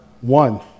one